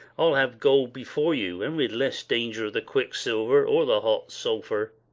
i'll have gold before you, and with less danger of the quicksilver, or the hot sulphur.